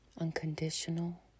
Unconditional